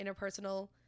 interpersonal